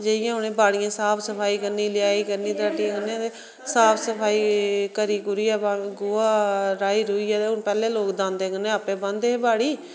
जाइयै उनें बाड़ियें साफ सफाई करनी लेयाई करनी तरट्टी करनी ते साफ सफाई करी कुरियै गोहा रहाई रहुईयै ते पैहले लोग दांदें कन्ने आपें बाह्ंदे हे बाड़ी